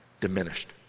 diminished